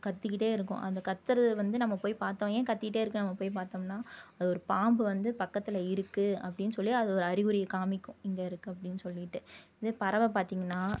கத்திக்கிட்டு இருக்கும் அந்த கத்தறது வந்து நம்ம போய் பார்த்தோம் ஏன் கத்திக்கிட்டு இருக்குதுனு நம்ம போய் பார்த்தோம்னா அது ஒரு பாம்பு வந்து பக்கத்தில் இருக்குது அப்படின்னு சொல்லி அது ஒரு அறிகுறியை காமிக்கும் இங்கே இருக்குது அப்படின்னு சொல்லிகிட்டு இதே பறவை பார்த்தீங்கன்னா